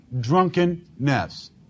drunkenness